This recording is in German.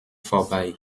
vorbei